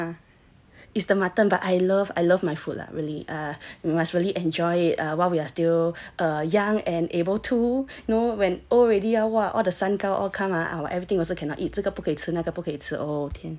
is the mutton but I love I love my food lah really err you must really enjoy it err while we are still err young and able to you know when old already ah !wah! all the 三高 all come everything also cannot eat 这个不吃那可不可以吃 oh 天